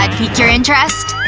like pique your interest.